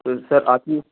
تو سر آپ یہ